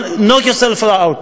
knock yourself out,